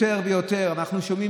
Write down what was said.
יותר ויותר אנחנו שומעים,